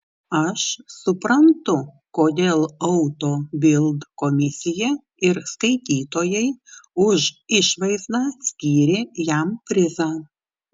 aš suprantu kodėl auto bild komisija ir skaitytojai už išvaizdą skyrė jam prizą